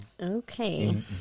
Okay